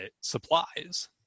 supplies